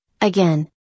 again